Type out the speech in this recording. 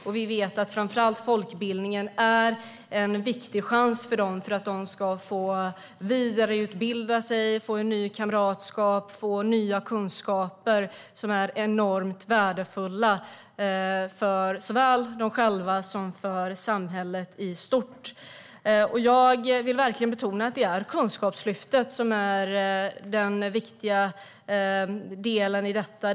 Och vi vet att framför allt folkbildningen är en viktig chans för dem att få vidareutbilda sig, få ny kamratskap och nya kunskaper som är enormt värdefulla för såväl dem själva som för samhället i stort. Jag vill verkligen betona att det är Kunskapslyftet som är den viktiga delen i detta.